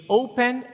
open